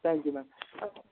thank you ma'am